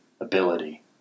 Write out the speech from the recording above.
ability